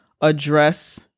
address